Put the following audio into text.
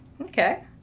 Okay